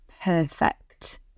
perfect